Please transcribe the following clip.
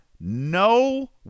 no